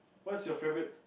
what's your favourite